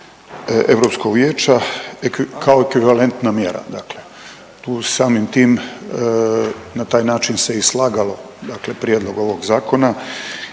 Europskog vijeća kao ekvivalentna mjera. Dakle, tu samim tim na taj način se i slagalo, dakle prijedlog ovog zakona